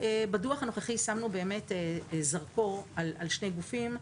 בדוח הנוכחי שמנו באמת זרקור על שני גופים: